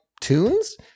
tunes